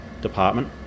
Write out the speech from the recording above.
department